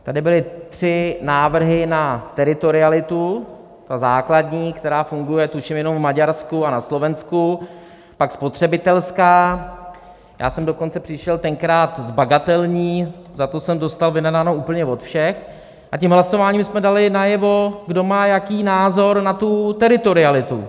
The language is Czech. Tady byly tři návrhy na teritorialitu ta základní, která funguje, tuším, jenom v Maďarsku a na Slovensku, pak spotřebitelská, já jsem dokonce přišel tenkrát s bagatelní, za tu jsem dostal vynadáno úplně od všech a hlasováním jsme dali najevo, kdo má jaký názor na tu teritorialitu.